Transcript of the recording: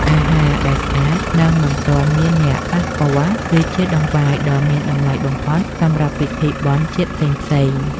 អាហារដែលស្អាត និងមិនទាន់មានអ្នកណាប៉ះពាល់ គឺជាដង្វាយដ៏មានតម្លៃបំផុតសម្រាប់ពិធីបុណ្យជាតិផ្សេងៗ។